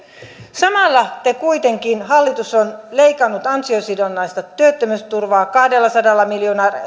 samalla kuitenkin hallitus on leikannut ansiosidonnaista työttömyysturvaa kahdellasadalla